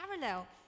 parallel